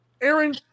Aaron